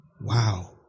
wow